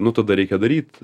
nu tada reikia daryt